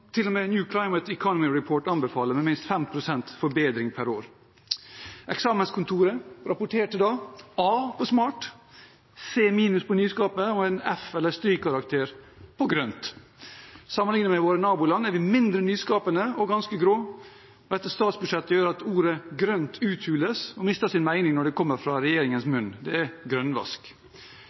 med New Climate Economy Report anbefaler: minst 5 pst. forbedring per år. Eksamenskontoret rapporterte da en A på «smart», en C minus på «nyskapende» og en F, altså strykkarakter, på «grønt». Sammenlignet med våre naboland er vi mindre nyskapende og ganske grå. Dette statsbudsjettet gjør at ordet «grønt» uthules og mister sin mening når det kommer fra regjeringens munn – det er grønnvask.